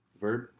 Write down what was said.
Verb